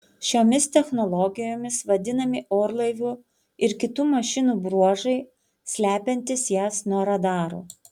šiomis technologijomis vadinami orlaivių ir kitų mašinų bruožai slepiantys jas nuo radarų